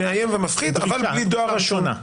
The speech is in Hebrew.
מכתב מאיים ומפחיד אבל בלי דואר רשום.